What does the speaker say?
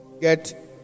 get